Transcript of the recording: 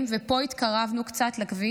ופה התקרבנו קצת לכביש,